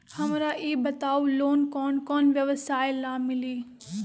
हमरा ई बताऊ लोन कौन कौन व्यवसाय ला मिली?